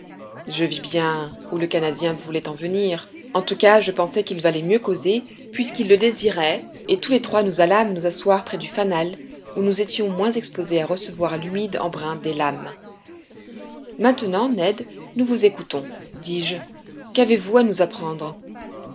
je vis bien où le canadien voulait en venir en tout cas je pensai qu'il valait mieux causer puisqu'il le désirait et tous les trois nous allâmes nous asseoir près du fanal où nous étions moins exposés à recevoir l'humide embrun des lames maintenant ned nous vous écoutons dis-je qu'avez-vous à nous apprendre